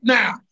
now